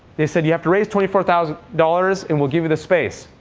they said you have to raise twenty four thousand dollars and we'll give you the space.